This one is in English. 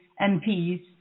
MPs